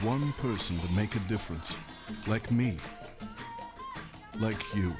one person to make a difference like me like you